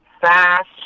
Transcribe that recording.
fast